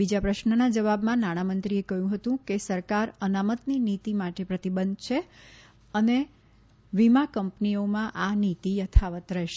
બીજા પ્રશ્નનાં જવાબમાં નાણાંમંત્રીએ કહ્યું કે સરકાર અનામતની નીતી માટે પ્રતિબંધ છે અને વીમા કંપનીઓમાં આ નીતી યથાવત રહેશે